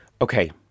Okay